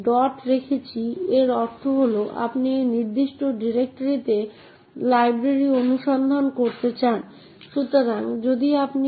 তাই পূর্ববর্তী operating system যেমন MS DOS এবং উইন্ডোজের পুরানো সংস্করণগুলি সমর্থন করে না